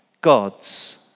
God's